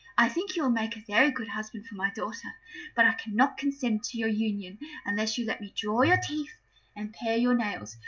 i think you will make a very good husband for my daughter but i cannot consent to your union unless you let me draw your teeth and pare your nails,